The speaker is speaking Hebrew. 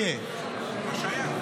מה זה ינואר?